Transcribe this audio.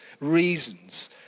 reasons